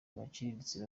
baciriritse